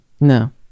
no